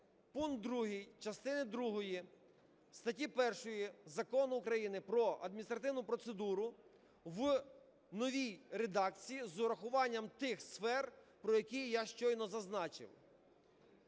пункт 2 частини другої статті 1 Закону України "Про адміністративну процедуру" в новій редакції з урахуванням тих сфер, про які я щойно зазначив.